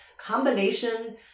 combination